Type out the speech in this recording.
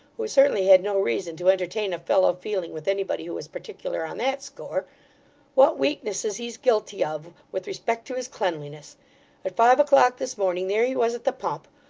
who certainly had no reason to entertain a fellow feeling with anybody who was particular on that score what weaknesses he's guilty of with respect to his cleanliness! at five o'clock this morning, there he was at the pump,